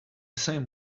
same